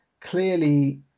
clearly